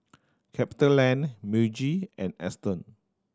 CapitaLand Meiji and Aston